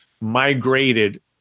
migrated